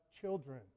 children